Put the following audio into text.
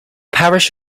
parish